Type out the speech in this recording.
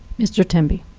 mr. temby.